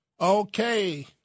Okay